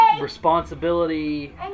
Responsibility